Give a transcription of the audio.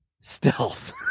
stealth